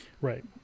Right